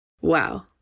Wow